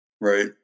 Right